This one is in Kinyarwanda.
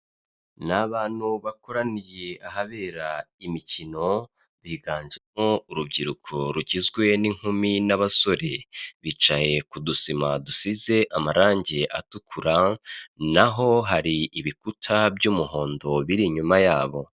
Ni abantu bakoraniye ahabera imikino, biganjemo urubyiruko rugizwe n'inkumi n'abasore, bicaye kudusima dusize amarangi atukura na ho hari ibikuta by'umuhondo biri inyuma yabo.